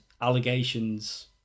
allegations